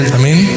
amen